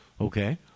okay